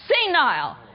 senile